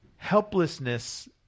helplessness